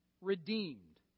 redeemed